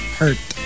hurt